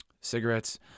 cigarettes